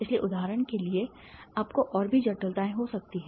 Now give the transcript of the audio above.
इसलिए उदाहरण के लिए आपको और भी जटिलताएं हो सकती हैं